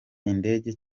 indege